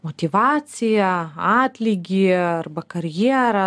motyvaciją atlygį arba karjerą